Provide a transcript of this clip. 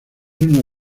uno